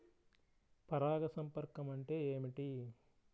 పరాగ సంపర్కం అంటే ఏమిటి?